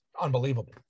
unbelievable